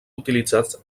utilitzats